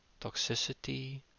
toxicity